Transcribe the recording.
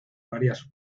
varias